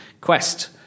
Quest